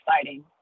exciting